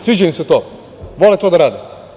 Sviđa im se to, vole to da rade.